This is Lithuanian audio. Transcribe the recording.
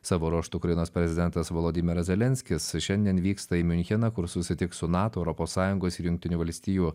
savo ruožtu ukrainos prezidentas volodymiras zelenskis šiandien vyksta į miuncheną kur susitiks su nato europos sąjungos ir jungtinių valstijų